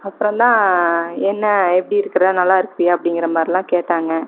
அப்புறம் தான் என்ன எப்படி இருக்கிற நல்லா இருக்கிறியா அப்படிங்கிற மாதிரில்லாம் கேட்டாங்க